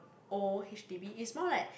old H_D_B it's more like